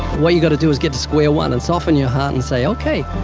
what you gotta do is get to square one and soften your heart and say, okay,